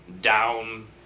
down